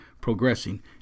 progressing